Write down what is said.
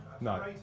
No